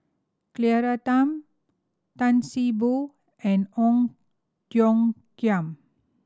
Claire Tham Tan See Boo and Ong Tiong Khiam